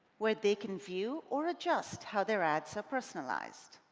where they can view or adjust how their ads are personalized.